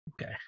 Okay